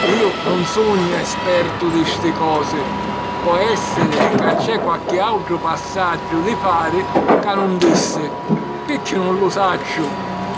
Iu nun sugnu espertu di sti cosi: po èssiri ca c'è qualchi àutru passaggiu di fari ca nun dissi, pirchì nun lu sacciu!